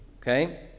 okay